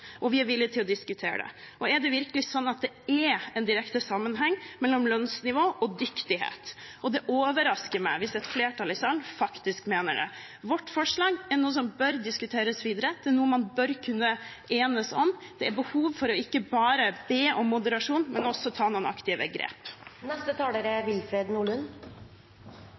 Vi er villig til å diskutere det. Og er det virkelig en direkte sammenheng mellom lønnsnivå og dyktighet? Det overrasker meg hvis et flertall i salen faktisk mener det. Vårt forslag er noe som bør diskuteres videre. Det er noe man bør kunne enes om. Det er behov for ikke bare å be om moderasjon, men også ta noen aktive grep. La meg understreke at det vi diskuterer her i dag, er